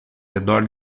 redor